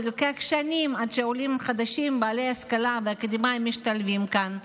זה לוקח שנים עד שעולים בעלי השכלה אקדמית משתלבים כאן.